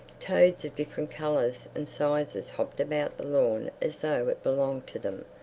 toads of different colors and sizes hopped about the lawn as though it belonged to them.